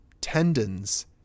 tendons